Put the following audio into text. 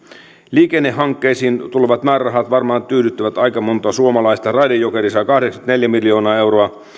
liikennehankkeisiin tulevat määrärahat varmaan tyydyttävät aika montaa suomalaista raide jokeri sai kahdeksankymmentäneljä miljoonaa euroa